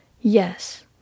Yes